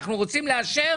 אנחנו רוצים לאשר